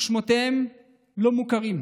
ושמותיהם לא מוכרים.